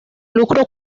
lucro